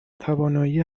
توانایی